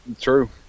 true